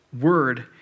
word